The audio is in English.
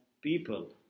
people